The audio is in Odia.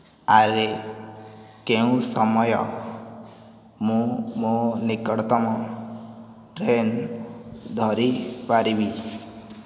ଆରେ କେଉଁ ସମୟ ମୁଁ ମୋ ନିକଟତମ ଟ୍ରେନ୍ ଧରି ପାରିବି